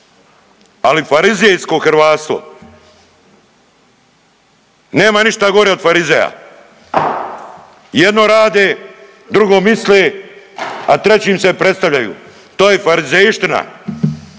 ali farizejsko hrvatstvo. Nema ništa gore od Farizeja, jedno rade, drugo misle, a trećim se predstavljaju, to je farizejština